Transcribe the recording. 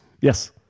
Yes